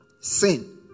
Sin